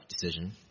decision